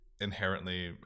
Inherently